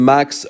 Max